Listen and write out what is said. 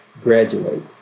graduate